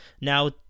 Now